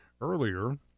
earlier